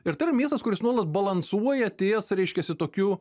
ir tai yra miestas kuris nuolat balansuoja ties reiškiasi tokiu